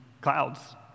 clouds